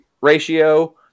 ratio